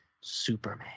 Superman